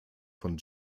von